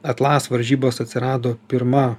atlas varžybos atsirado pirma